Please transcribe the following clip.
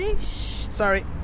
sorry